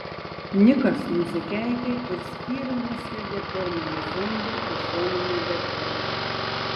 nikas nusikeikė ir spyriu nusviedė pirmąjį zombį į šoninę gatvelę